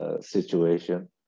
situation